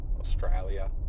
Australia